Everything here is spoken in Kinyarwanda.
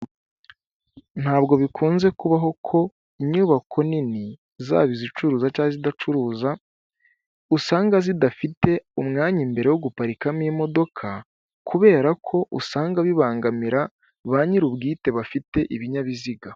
Ntabwo bikunze kubaho ko inyubako nini zaba izicuruza cyangwa izidacuruza, usanga zidafite umwanya imbere wo guparikamo imodoka. Kubera ko usanga bibangamira ba nyiri ubwite bafite ibinyabiziga.